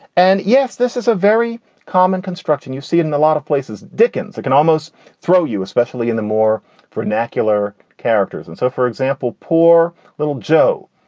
and yes, this is a very common construct and you see it in a lot of places. dickens can almost throw you, especially in the more vernacular characters. and so, for example, poor little joe,